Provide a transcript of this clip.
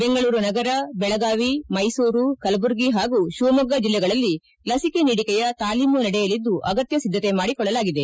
ಬೆಂಗಳೂರು ನಗರ ಬೆಳಗಾವಿ ಮೈಸೂರು ಕಲಬುರಗಿ ಪಾಗೂ ಶಿವಮೊಗ್ಗ ಜಿಲ್ಲೆಗಳಲ್ಲಿ ಲಸಿಕೆ ನೀಡಿಕೆಯ ತಾಲೀಮು ನಡೆಯಲಿದ್ದು ಅಗತ್ತ ಸಿದ್ಧಕೆ ಮಾಡಿಕೊಳ್ಳಲಾಗಿದೆ